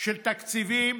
של תקציבים